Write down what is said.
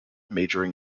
majoring